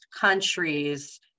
countries